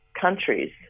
countries